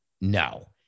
No